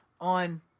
on